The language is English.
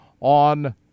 on